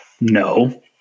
No